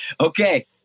okay